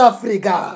Africa